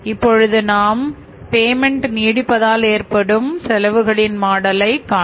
இப்பொழுது நாம் பேமெண்ட் காண்போம்